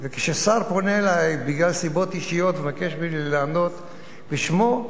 וכששר פונה אלי בגלל סיבות אישיות ומבקש ממני לענות בשמו,